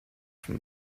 from